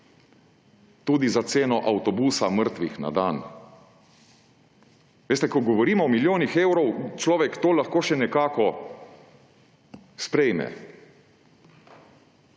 Tudi za ceno avtobusa mrtvih na dan. Ko govorimo o milijonih evrov, človek to lahko še nekako sprejme.